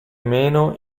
meno